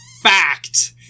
fact